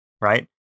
right